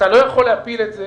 לא יכול להפיל את זה